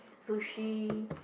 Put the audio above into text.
sushi